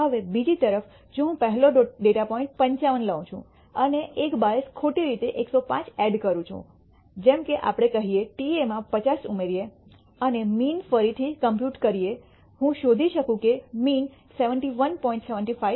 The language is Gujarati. હવે બીજી તરફ જો હું પહેલો ડેટા પોઇન્ટ 55 લઉં છું અને એક બાયસ ખોટી રીતે 105 એડ કરું છું જેમ કે આપણે કહીએ ta માં 50 ઉમેરીએ અને મીન ફરી થી કોમ્પ્યુટ કર્યે હું શોધી શકું કે મીન 71